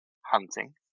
hunting